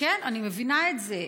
כן, אני מבינה את זה.